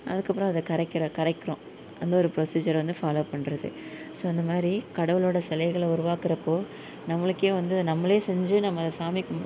அதுக்கு அப்புறம் அதை கரைக்கிற கரைக்கிறோம் அந்த ஒரு ப்ரொசீஜர் வந்து ஃபாலோ பண்ணுறது ஸோ அந்த மாதிரி கடவுளோடய சிலைகள உருவாக்கிறப்போ நம்மளுக்கு வந்து நம்மளே செஞ்சி நம்ம சாமி கும்புடுறோ